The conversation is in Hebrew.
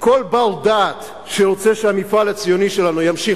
כל בר-דעת שרוצה שהמפעל הציוני שלנו ימשיך